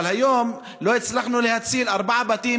אבל היום לא הצלחנו להציל ארבעה בתים